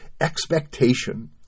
expectation